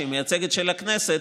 שהיא מייצגת של הכנסת,